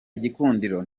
igikundiro